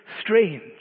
strange